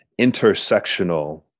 intersectional